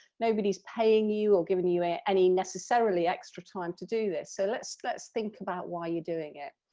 nobody's paying you or giving you you ah any necessarily extra time to do this, so let's let's think about why you're doing it.